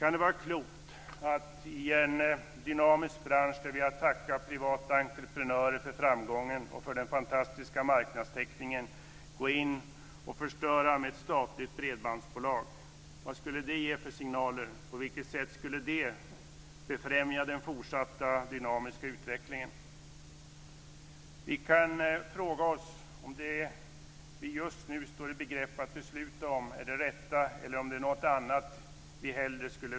Kan det vara klokt att i en dynamisk bransch där vi har att tacka privata entreprenörer för framgången och för den fantastiska marknadstäckningen gå in och förstöra med ett statligt bredbandsbolag? Vad skulle det ge för signaler?